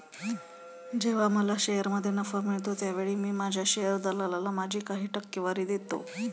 जेव्हा मला शेअरमध्ये नफा मिळतो त्यावेळी मी माझ्या शेअर दलालाला माझी काही टक्केवारी देतो